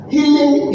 Healing